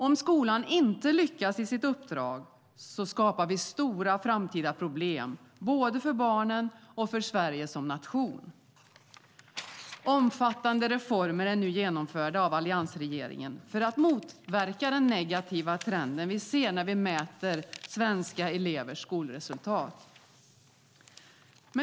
Om skolan inte lyckas i sitt uppdrag skapar vi stora framtida problem både för barnen och för Sverige som nation. Omfattande reformer är nu genomförda av alliansregeringen för att motverka den negativa trenden vi ser när vi mäter svenska elevers skolresultat.